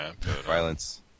Violence